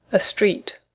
a street.